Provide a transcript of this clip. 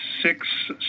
six